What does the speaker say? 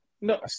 no